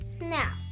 Now